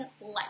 Life